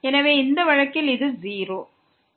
எனவே இந்த வழக்கில் இது 0